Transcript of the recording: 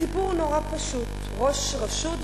הסיפור נורא פשוט: ראש רשות,